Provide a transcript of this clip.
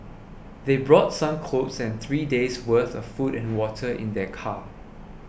they brought some clothes and three days' worth of food and water in their car